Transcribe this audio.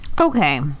Okay